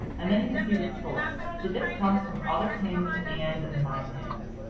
and then you can see the source. so this comes from other pins, and my pins.